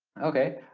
okay,